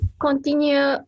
continue